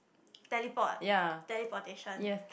teleport teleportation